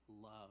love